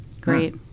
Great